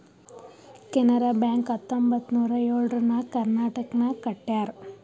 Canara bank ಹತ್ತೊಂಬತ್ತ್ ನೂರಾ ಎಳುರ್ನಾಗ್ ಕರ್ನಾಟಕನಾಗ್ ಕಟ್ಯಾರ್